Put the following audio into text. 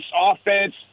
offense